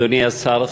אדוני השר,